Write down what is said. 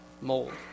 mold